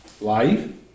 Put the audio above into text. life